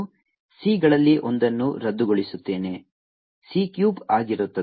ನಾನು c ಗಳಲ್ಲಿ ಒಂದನ್ನು ರದ್ದುಗೊಳಿಸುತ್ತೇನೆ c ಕ್ಯೂಬ್ ಆಗಿರುತ್ತದೆ